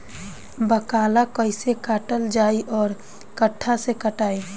बाकला कईसे काटल जाई औरो कट्ठा से कटाई?